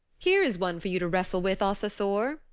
here is one for you to wrestle with, asa thor,